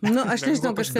nu aš nežinau kažkaip